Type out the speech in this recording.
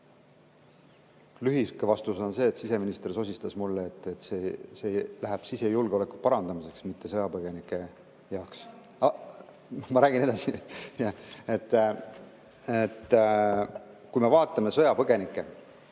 Lühike vastus on see, mida siseminister mulle sosistas, et see läheb sisejulgeoleku parandamiseks, mitte sõjapõgenike jaoks. Ma räägin edasi. Jah. Kui me vaatame sõjapõgenikke,